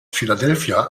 philadelphia